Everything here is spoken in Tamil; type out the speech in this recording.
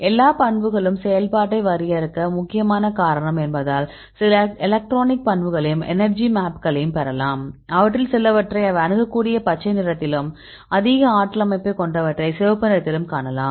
இந்த பண்புகளும் செயல்பாட்டை வரையறுக்க முக்கியமான காரணம் என்பதால் சில எலக்ட்ரானிக் பண்புகளையும் எனர்ஜி மேப்களையும் பெறலாம் அவற்றில் சிலவற்றை அவை அணுகக்கூடிய பச்சை நிறத்திலும் அதிக ஆற்றல் அமைப்பைக் கொண்டவற்றை சிவப்பு நிறத்திலும் காணலாம்